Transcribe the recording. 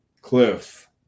cliff